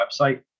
website